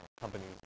companies